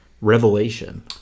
revelation